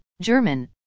German